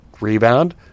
rebound